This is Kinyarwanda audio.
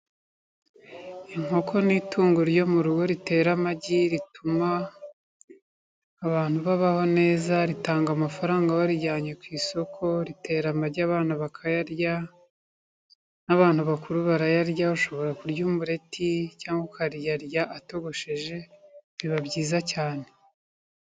Inkoko ni itungo ryo mu rugo ritera amagi, rituma abantu babaho neza. Ritanga amafaranga barijyanye ku isoko, ritera amagi abana bakayarya n'abantu bakuru barayarya, bashobora kurya umureti cyangwa ukayarya atogosheje biba byiza cyane.